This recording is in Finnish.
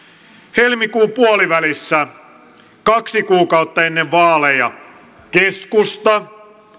helmikuun puolivälissä kaksi kuukautta ennen vaaleja keskusta